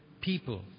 people